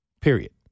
Period